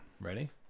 Ready